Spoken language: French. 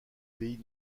pays